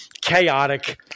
chaotic